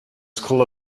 school